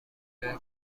جای